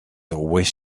always